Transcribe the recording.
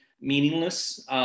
meaningless